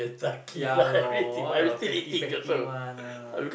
ya lor all the fatty fatty one ah